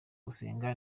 gusenga